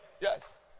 Yes